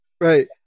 right